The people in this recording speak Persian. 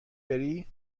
بری